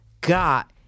got